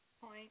point